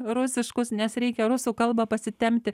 rusiškus nes reikia rusų kalbą pasitempti